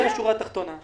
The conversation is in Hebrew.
זו השורה התחתונה.